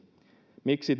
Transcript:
miksi